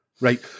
Right